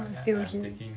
I'm still here